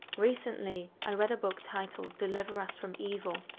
recently, i read a book titled deliver us from evil,